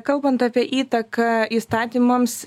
kalbant apie įtaką įstatymams